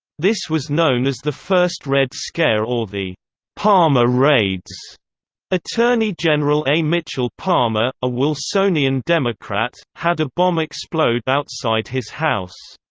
this was known as the first red scare or the palmer raids attorney general a. mitchell palmer, a wilsonian democrat, had a bomb explode outside his house.